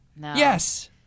Yes